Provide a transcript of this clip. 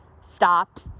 Stop